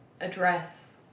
address